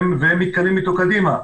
והם מתקדמים איתו קדימה.